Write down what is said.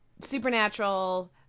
Supernatural